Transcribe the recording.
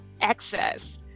access